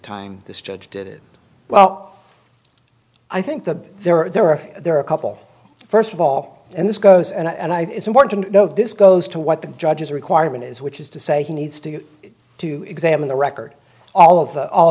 time this judge did it well i think that there are there are there are a couple first of all and this goes and i want to know this goes to what the judges requirement is which is to say he needs to to examine the record all of the all